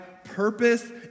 purpose